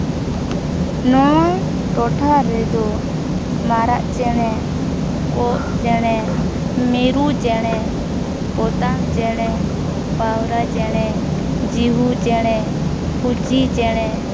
ᱱᱚᱣᱟ ᱴᱚᱴᱷᱟ ᱨᱮᱫᱚ ᱢᱟᱨᱟᱜ ᱪᱮᱬᱮ ᱠᱚᱸᱜ ᱪᱮᱬᱮ ᱢᱤᱨᱩ ᱪᱮᱬᱮ ᱯᱚᱛᱟᱢ ᱪᱮᱬᱮ ᱯᱟᱣᱨᱟ ᱪᱮᱬᱮ ᱡᱤᱦᱩ ᱪᱮᱬᱮ ᱯᱷᱩᱪᱤ ᱪᱮᱬᱮ